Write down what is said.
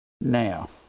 now